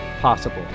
possible